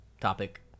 topic